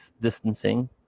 distancing